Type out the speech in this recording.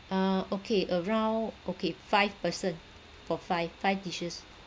uh okay around okay five person for five five dishes